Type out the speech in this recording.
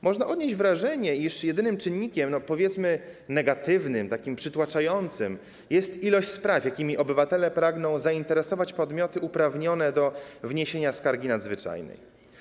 Można odnieść wrażenie, iż jedynym czynnikiem - powiedzmy - negatywnym, przytłaczającym jest ilość spraw, jakimi obywatele pragną zainteresować podmioty uprawnione do wniesienia skargi nadzwyczajnej.